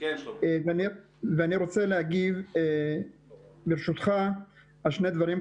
אני רוצה להגיב ברשותך על שני דברים.